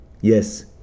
Yes